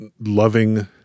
loving